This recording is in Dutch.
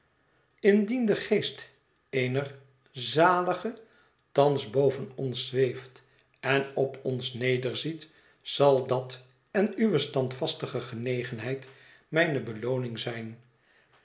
indien de geest eener za a alige thans boven ons zweeft en op ons nederziet zal dat en uwe standvastige genegenheid mijne belooning zijn